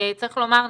צריך לומר,